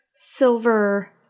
silver